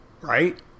Right